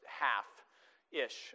half-ish